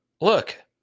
Look